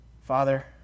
Father